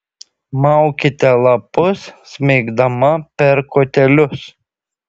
maukite lapus smeigdama per kotelius